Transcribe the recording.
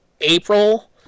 April